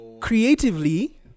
creatively